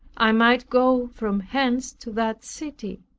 i might go from hence to that city.